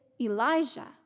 Elijah